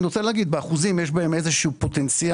אני רוצה לומר שבאחוזים יש בהם איזשהו פוטנציאל.